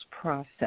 process